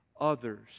others